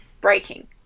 breaking